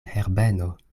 herbeno